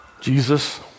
Jesus